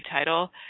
title